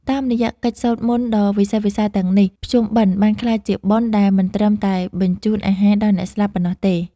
តាមរយៈកិច្ចសូត្រមន្តដ៏វិសេសវិសាលទាំងនេះ ភ្ជុំបិណ្ឌបានក្លាយជាបុណ្យដែលមិនត្រឹមតែបញ្ចូនអាហារដល់អ្នកស្លាប់ប៉ុណ្ណោះទេ